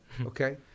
Okay